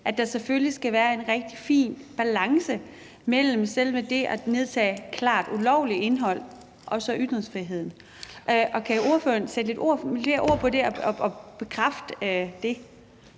at der selvfølgelig skal være en rigtig fin balance mellem selve det at nedtage klart ulovligt indhold og ytringsfriheden. Kan ordføreren sætte lidt flere ord på det og bekræfte det?